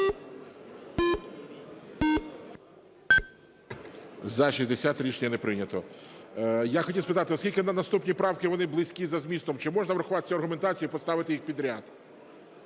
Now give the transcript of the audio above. За-60 Рішення не прийнято. Я хотів спитати, оскільки наступні правки - вони близькі за змістом, чи можна врахувати цю аргументацію і поставити їх підряд?